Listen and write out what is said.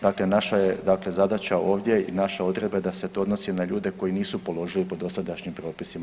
Dakle naša je dakle zadaća ovdje i naša odredba da se to odnosi na ljude koji nisu položili po dosadanjim propisima.